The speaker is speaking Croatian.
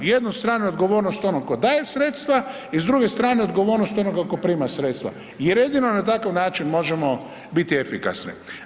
Jednu stranu odgovornost onom tko daje sredstva i s druge strane odgovornost onoga tko prima sredstva jer jedino na takav način možemo biti efikasni.